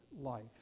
life